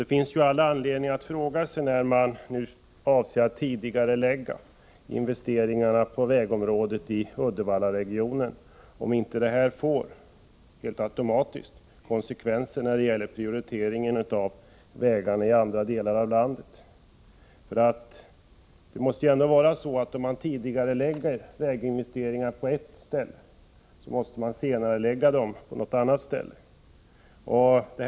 Det finns all anledning att fråga sig, Torsdagen den eftersom investeringarna på vägområdet i Uddevallaregionen nu kommer att 14 februari 1985 tidigareläggas, om inte detta helt automatiskt får konsekvenser när det gäller prioriteringen av vägarna i andra delar av landet. Om man tidigarelägger dö S 5 ,: Om planeringen av väginvesteringar på ett ställe måste man ju senarelägga dem på något annat vissa vägbyggnadsställe.